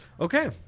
Okay